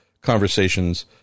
conversations